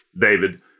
David